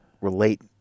relate